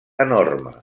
enorme